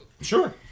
Sure